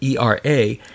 ERA